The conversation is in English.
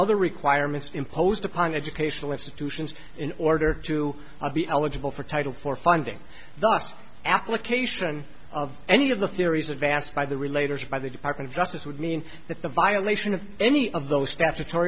other requirements imposed upon educational institutions in order to be eligible for title for funding thus the application of any of the theories advanced by the related by the department of justice would mean that the violation of any of those steps ato